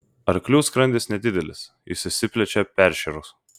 arklių skrandis nedidelis jis išsiplečia peršėrus